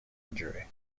injury